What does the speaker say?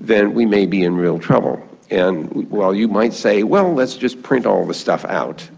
then we may be in real trouble. and while you might say, well, let's just print all this stuff out